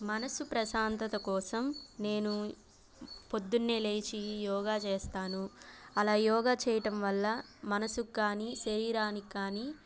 మనసు ప్రశాంతత కోసం నేను పొద్దున్నే లేచి యోగా చేస్తాను అలా యోగా చేయటం వల్ల మనసుక్ కానీ శరీరానికి కానీ